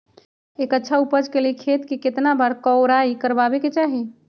एक अच्छा उपज के लिए खेत के केतना बार कओराई करबआबे के चाहि?